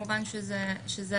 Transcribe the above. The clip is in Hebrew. אני חושבת שדי